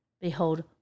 Behold